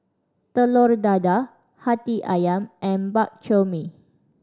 Telur Dadah Hati Ayam and Bak Chor Mee